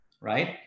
right